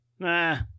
Nah